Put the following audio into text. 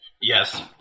Yes